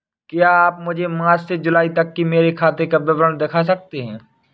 क्या आप मुझे मार्च से जूलाई तक की मेरे खाता का विवरण दिखा सकते हैं?